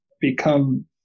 become